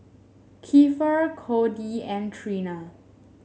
Kiefer Codie and Trina